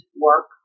work